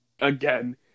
again